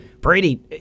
Brady